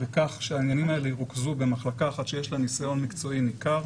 בכך שהעניינים האלה ירוכזו במחלקה אחת שיש לה ניסיון מקצועי ניכר